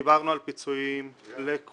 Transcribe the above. דיברנו על פיצויים לכולם,